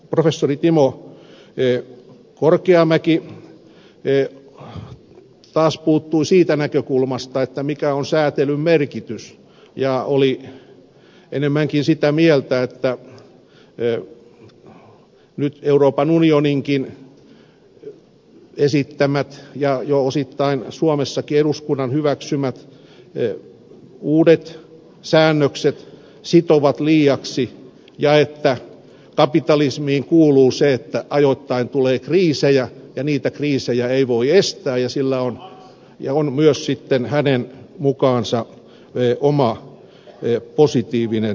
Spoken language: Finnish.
professori timo korkeamäki taas puuttui asiaan siitä näkökulmasta mikä on säätelyn merkitys ja oli enemmänkin sitä mieltä että nyt euroopan unioninkin esittämät ja jo osittain suomessakin eduskunnan hyväksymät uudet säännökset sitovat liiaksi ja että kapitalismiin kuuluu se että ajoittain tulee kriisejä ja niitä kriisejä ei voi estää ja sillä on myös sitten hänen mukaansa oma positiivinen merkityksensä